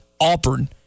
Auburn